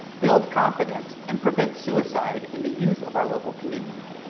build confidence, and prevent suicide in the youth of our local community.